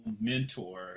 mentor